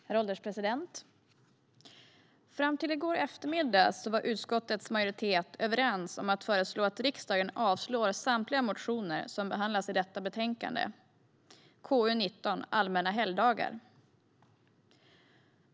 Herr ålderspresident! Fram till i går eftermiddag var utskottets majoritet överens om att föreslå att riksdagen ska avslå samtliga motioner som behandlas i betänkande KU19 Allmänna helgdagar .